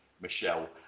Michelle